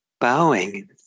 bowing